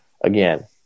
Again